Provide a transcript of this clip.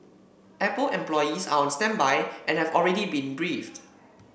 apple employees are on standby and have already been briefed